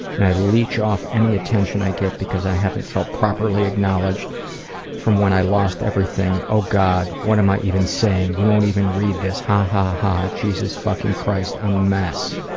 and i leech off any attention i get because i haven't felt properly acknowledged from when i lost everything. oh god, what am i even saying? you won't even read this. ha ha ha, jesus fucking christ, i'm a mess.